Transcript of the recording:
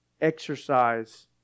exercise